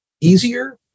easier